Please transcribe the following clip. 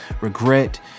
Regret